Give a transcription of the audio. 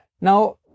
Now